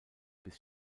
bis